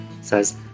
says